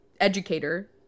educator